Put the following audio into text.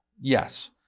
Yes